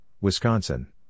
Wisconsin